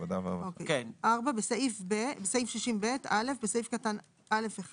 בסעיף קטן (א)(1),